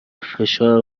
فشار